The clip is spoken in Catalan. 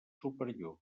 superior